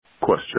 question